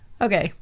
Okay